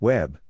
Web